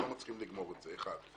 אנחנו לא מצליחים לגמור את זה אחת.